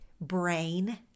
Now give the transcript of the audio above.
brain